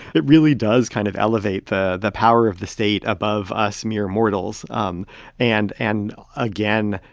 it really does kind of elevate the the power of the state above us mere mortals um and and, again,